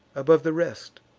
above the rest,